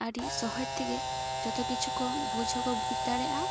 ᱟ ᱰᱤ ᱥᱚᱦᱚᱡᱽ ᱛᱮᱜᱮ ᱡᱚᱛᱚ ᱠᱤᱪᱷᱩ ᱠᱚ ᱵᱩᱡᱽ ᱦᱚᱸᱠᱚ ᱵᱩᱡᱽ ᱫᱟᱲᱮᱭᱟᱜᱼᱟ